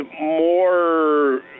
more